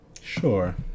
Sure